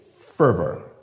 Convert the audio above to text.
fervor